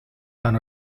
tan